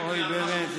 באמת,